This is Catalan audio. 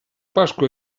pasqua